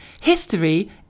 History